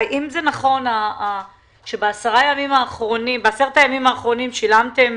האם נכון שבעשרת הימים האחרונים שילמתם